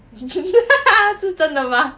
是真的 mah